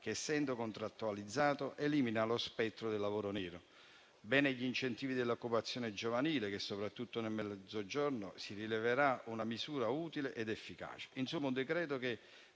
che, essendo contrattualizzato, elimina lo spettro del lavoro nero. Bene gli incentivi per l'occupazione giovanile, che soprattutto nel Mezzogiorno si rileverà una misura utile ed efficace. Si tratta